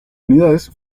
unidades